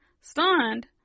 stunned